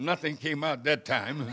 nothing came out that time